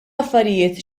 affarijiet